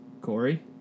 Corey